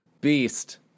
beast